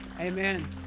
Amen